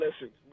listen